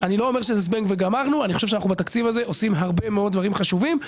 בתקציב הזה עושים הרבה מאוד דברים חשובים.